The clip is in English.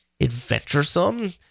adventuresome